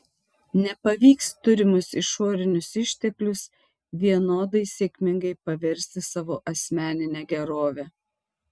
nepavyks turimus išorinius išteklius vienodai sėkmingai paversti savo asmenine gerove